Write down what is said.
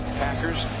packers,